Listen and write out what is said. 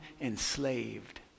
enslaved